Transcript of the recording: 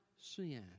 sin